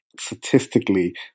statistically